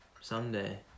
someday